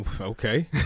Okay